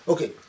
Okay